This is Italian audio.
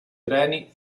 treni